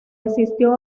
asistió